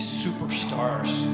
superstars